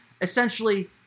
essentially